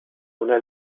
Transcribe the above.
una